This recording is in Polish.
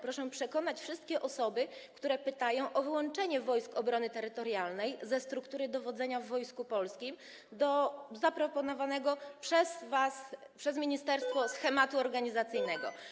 Proszę przekonać wszystkie osoby, które pytają o wyłączenie Wojsk Obrony Terytorialnej ze struktury dowodzenia w Wojsku Polskim, do zaproponowanego przez was, przez ministerstwo schematu organizacyjnego.